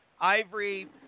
Ivory